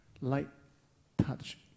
light-touch